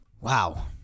Wow